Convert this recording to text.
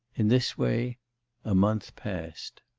in this way a month passed.